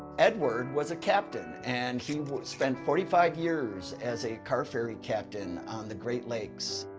edward was a captain and he spent forty five years as a car ferry captain on the great lakes.